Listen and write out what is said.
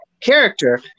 character